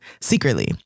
secretly